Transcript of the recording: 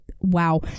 wow